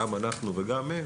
גם אנחנו וגם הם,